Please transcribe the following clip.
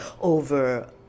over